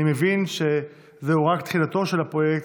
אני מבין שזוהי רק תחילתו של הפרויקט,